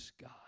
god